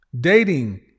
Dating